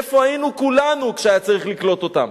איפה היינו כולנו כשהיה צריך לקלוט אותם?